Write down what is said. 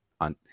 on